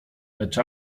lecz